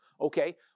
okay